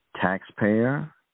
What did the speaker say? Taxpayer